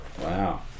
Wow